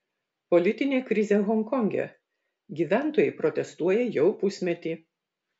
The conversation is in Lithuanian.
politinė krizė honkonge gyventojai protestuoja jau pusmetį